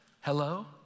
Hello